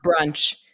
brunch